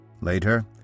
Later